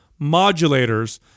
modulators